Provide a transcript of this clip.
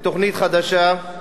תוכנית חדשה,